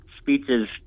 speeches